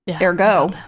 ergo